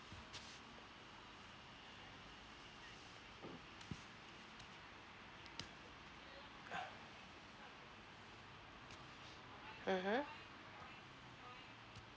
mmhmm